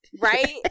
Right